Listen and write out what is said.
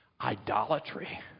idolatry